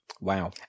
Wow